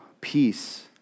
peace